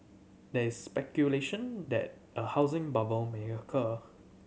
there is speculation that a housing bubble may occur